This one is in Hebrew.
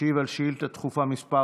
ישיב על שאילתה דחופה מס'